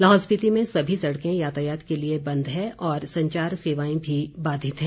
लाहौल स्पीति में सभी सड़कें यातायात के लिए बंद हैं और संचार सेवाएं भी बाधित हैं